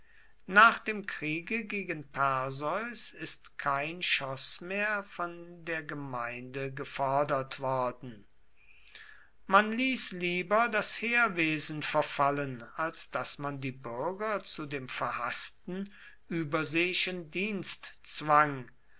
nach dem kriege gegen perseus ist kein schoß mehr von der gemeinde gefordert worden man ließ lieber das heerwesen verfallen als daß man die bürger zu dem verhaßten überseeischen dienst zwang